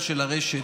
חדש?